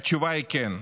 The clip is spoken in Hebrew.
התשובה היא כן.